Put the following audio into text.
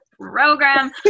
program